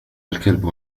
الكلب